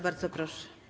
Bardzo proszę.